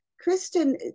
Kristen